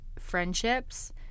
friendships